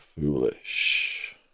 foolish